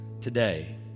today